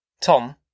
Tom